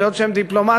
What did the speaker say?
היות שהם דיפלומטים,